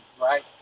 right